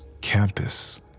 campus